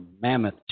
mammoth